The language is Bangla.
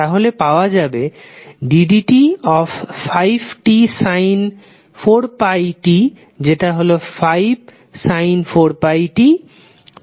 তাহলে পাওয়া যাবে ddt5tsin 4πt যেটা হল 5sin 4πt 20πtcos 4πt